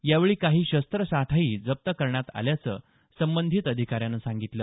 यावेळी काही शस्त्रसाठाही जप्त करण्यात आल्याचं संबंधित अधिकाऱ्यानं सांगितलं